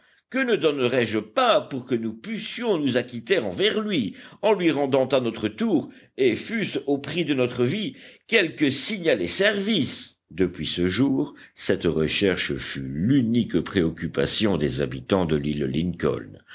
que ne donnerais-je pas pour que nous pussions nous acquitter envers lui en lui rendant à notre tour et fût-ce au prix de notre vie quelque signalé service depuis ce jour cette recherche fut l'unique préoccupation des habitants de l'île lincoln